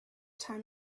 time